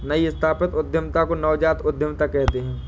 नई स्थापित उद्यमिता को नवजात उद्दमिता कहते हैं